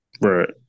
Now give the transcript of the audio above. Right